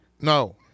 No